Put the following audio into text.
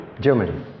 Germany